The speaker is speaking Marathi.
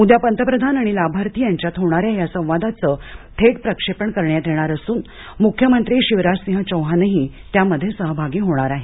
उद्या पंतप्रधान आणि लाभार्थीं यांच्यात होणाऱ्या या संवादाचं थेट प्रक्षेपण करण्यात येणार असून मुख्यमंत्री शिवराजसिंह चौहानही त्यामध्ये सहभागी होणार आहेत